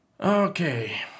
Okay